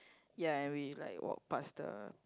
ya and we like walk past the